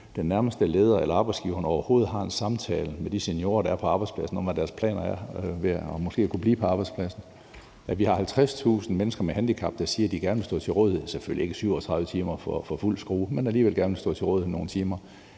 den nærmeste leder eller arbejdsgiveren overhovedet har en samtale med de seniorer, der er på arbejdspladsen, om, hvad deres planer er, og at de måske kan blive på arbejdspladsen. Vi har 50.000 mennesker med handicap, der siger, at de gerne vil stå til rådighed. Det er selvfølgelig ikke 37 timer om ugen og for fuld skrue, men de vil alligevel gerne stå til rådighed i nogle timer.